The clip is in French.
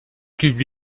cube